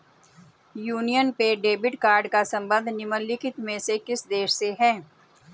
Union पे debit card का संबंध निम्नलिखित में से किस देश से है?